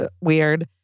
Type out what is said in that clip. weird